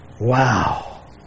Wow